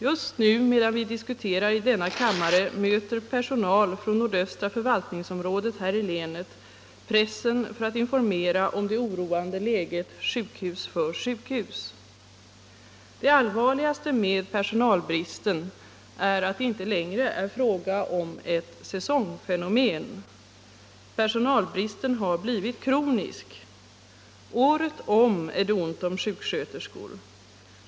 Just nu, medan vi diskuterar i denna kammare, möter personal från nordöstra förvaltningsområdet här i länet pressen för att informera om det oroande läget sjukhus för sjukhus. Det allvarligaste med personalbristen är att det inte längre är fråga om ett säsongfenomen. Personalbristen har blivit kronisk. Året om är det ont om sjuksköterskor.